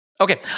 Okay